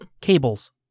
cables